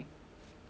ya